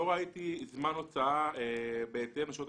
לא ראיתי זמן הוצאה בהתאם לשעות הלימודים,